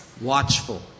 watchful